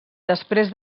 després